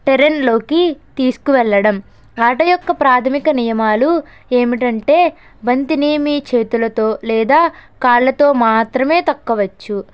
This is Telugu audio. టెరెన్లోకి తీసుకువెళ్లడం ఆట యొక్క ప్రాథమిక నియమాలు ఏమిటంటే బంతిని మీ చేతులతో లేదా కాళ్ళతో మాత్రమే తాకవచ్చు